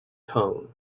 tone